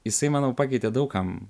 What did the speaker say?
jisai manau pakeitė daug kam